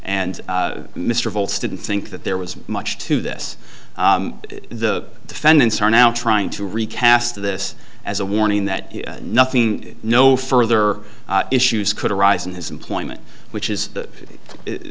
and mr voltz didn't think that there was much to this the defendants are now trying to recast this as a warning that nothing no further issues could arise in his employment which is the